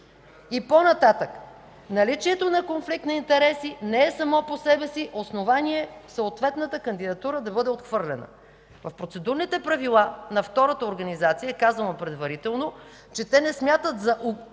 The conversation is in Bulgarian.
И по-нататък: „Наличието на конфликт на интереси не е само по себе си основание съответната кандидатура да бъде отхвърлена”. В Процедурните правила на втората организация е казано предварително, че те не смятат за